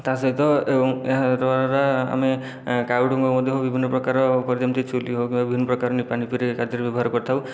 ତା'ସହିତ ଏବଂ ଏହାଦ୍ଵାରା ଆମେ କାଓଡ଼ଙ୍କ ମଧ୍ୟ ବିଭିନ୍ନ ପ୍ରକାର ଯେମିତି ଚୁଲି ହେଉ ବିଭିନ୍ନ ପ୍ରକାର ଲିପା ଲିପୀରେ କାର୍ଯ୍ୟରେ ବ୍ୟବହାର କରିଥାଉ